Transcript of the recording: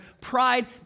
Pride